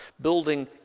building